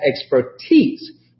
expertise